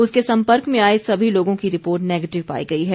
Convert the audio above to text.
उसके संपर्क में आए सभी लोगों की रिपोर्ट नेगेटिव पाई गई है